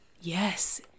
Yes